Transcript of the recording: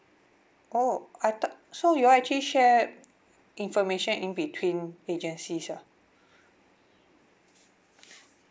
oh I thought so you all actually share information in between agencies ah